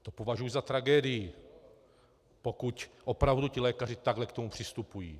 To považuju za tragédii, pokud opravdu ti lékaři takhle k tomu přistupují.